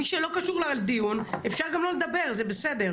מי שלא קשור לדיון, אפשר גם לא לדבר, זה בסדר.